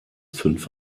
fünf